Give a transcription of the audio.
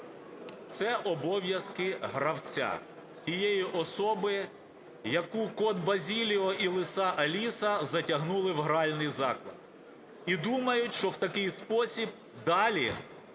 Це обов'язки гравця, тієї особи, яку Кіт Базиліо і Лиса Аліса затягнули в гральний заклад і думають, що в такий спосіб далі